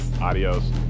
Adios